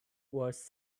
was